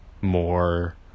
more